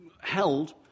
Held